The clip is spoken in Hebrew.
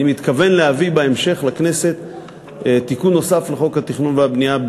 אני מתכוון להביא בהמשך לכנסת תיקון נוסף לחוק התכנון והבנייה,